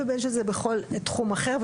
בין אם זה בתורה ובכל תחום אחר.